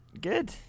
Good